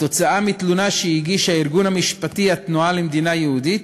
מתלונה שהגיש הארגון המשפטי "התנועה למדינה יהודית",